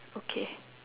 okay